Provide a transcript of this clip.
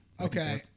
Okay